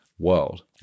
world